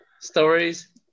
stories